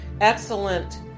excellent